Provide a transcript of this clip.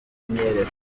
myiyerekano